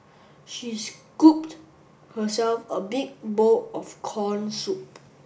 she scooped herself a big bowl of corn soup